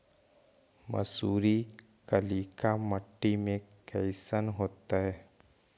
मसुरी कलिका मट्टी में कईसन होतै?